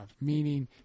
meaning